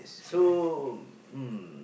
so mm